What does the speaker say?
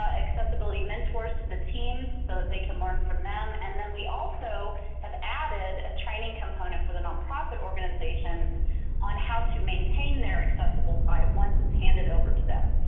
ah accessibility mentors to the team so that they can learn from them. and then we also have added a training component for the nonprofit organizations on how to maintain their accessible site once it's handed over to them.